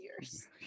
years